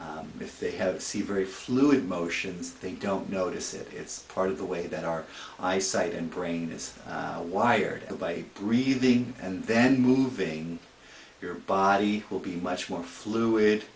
if they have to see very fluid motions they don't notice it is part of the way that our eyesight and brain is wired by breathing and then moving your body will be much more fluid